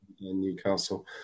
Newcastle